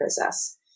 process